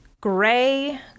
gray